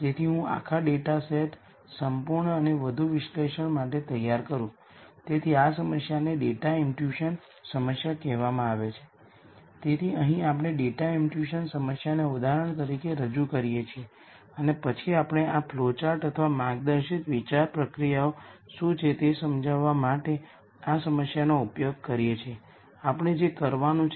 તેથી ઉદાહરણ તરીકે જો આપણે કોઈ કેસ લઈએ જ્યાં આઇગન વૅલ્યુ λ₁ પુનરાવર્તિત થાય છે તો પછી મારો થોડો પોલિનોમીઅલ હોઈ શકે જે આ જેવો છે